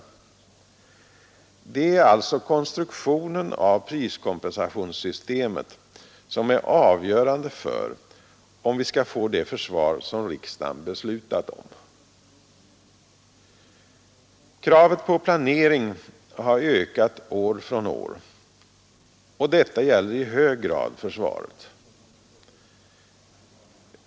Det är alltså konstruktionen av priskompensationssystemet som är avgörande för om vi skall få det försvar som riksdagen beslutat om. Kravet på planering har ökat år från år. Detta gäller i hög grad försvaret.